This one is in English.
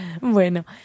Bueno